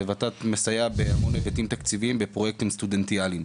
וות"ת מסייעת בהמון היבטים תקציביים בפרויקטים סטודנטיאליים.